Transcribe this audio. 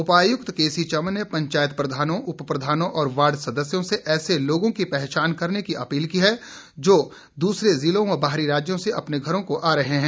उपायुक्त केसी चमन ने पंचायत प्रधानों उपप्रधानों और वार्ड सदस्यों से ऐसे लोगों की पहचान करने की अपील की है जो दूसरे जिलों व बाहरी राज्यों से अपने घरों को आ रहें हैं